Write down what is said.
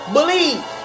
Believe